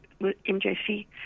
MJC